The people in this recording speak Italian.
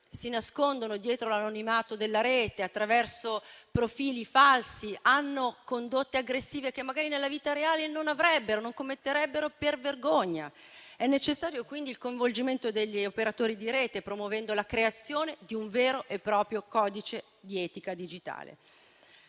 si nascondono dietro l'anonimato della rete attraverso profili falsi e hanno condotte aggressive che magari nella vita reale non avrebbero, per vergogna. È necessario quindi il coinvolgimento degli operatori di rete, promuovendo la creazione di un vero e proprio codice di etica digitale.